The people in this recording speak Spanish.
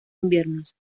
inviernos